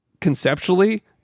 conceptually